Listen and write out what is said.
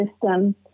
system